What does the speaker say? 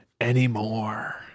anymore